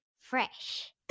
fresh